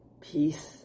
peace